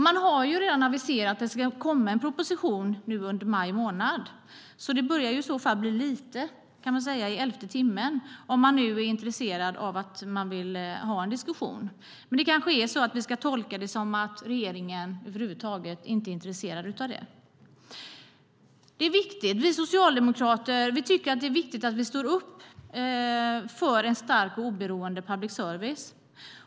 Man har redan aviserat att det ska komma en public service-proposition under maj månad, så det börjar i så fall bli lite i elfte timmen om man nu är intresserad av att ha en diskussion. Men det kanske är så att vi ska tolka det som att regeringen över huvud taget inte är intresserad av det. Vi socialdemokrater tycker att det är viktigt att vi står upp för en stark och oberoende public service.